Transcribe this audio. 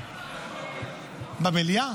במליאה?